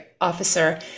officer